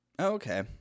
Okay